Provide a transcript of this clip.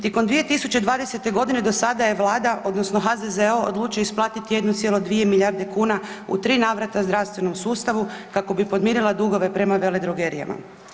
Tijekom 2020. godine do sada je Vlada odnosno HZZO odlučio isplatiti 1,2 milijarde kuna u 3 navrata zdravstvenom sustavu kako bi podmirila dugove prema veledrogerijama.